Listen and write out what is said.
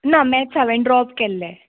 ना मॅत्स हांवें ड्रॉप केल्लें